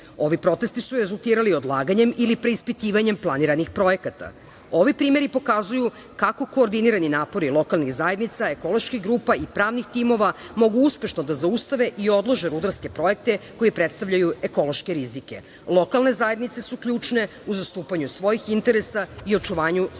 Ovi protesti su rezultirali odlaganjem ili preispitivanjem planiranih projekata. Ovi primeri pokazuju kako koordinirani napori lokalnih zajednica, ekoloških grupa i pravnih timova mogu uspešno da zaustave i odlože rudarske projekte koji predstavljaju ekološke rizike. Lokalne zajednice su ključne u zastupanju svojih interesa i očuvanju svoje